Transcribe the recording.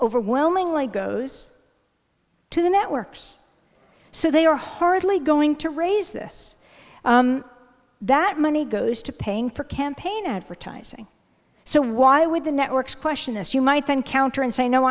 overwhelmingly goes two networks so they are hardly going to raise this that money goes to paying for campaign advertising so why would the networks question this you might then counter and say no